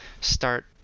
start